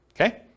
Okay